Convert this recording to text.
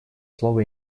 слово